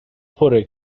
پره